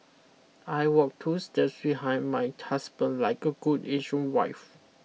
I walk two steps behind my husband like a good Asian wife